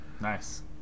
nice